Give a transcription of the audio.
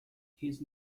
his